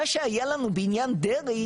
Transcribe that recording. מה שהיה לנו בעניין דרעי